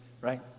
right